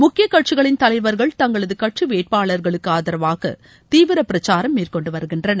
முக்கிய கட்சிகளின் தலைவர்கள் தங்களது கட்சி வேட்பாளர்களுக்கு ஆதரவாக தீவிர பிரச்சாரம் மேற்கொண்டு வருகின்றனர்